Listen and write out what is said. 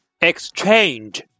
exchange